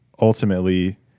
ultimately